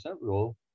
rule